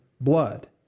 blood